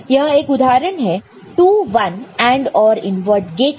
यह एक उदाहरण है 2 1 AND OR इनवर्ट गेट का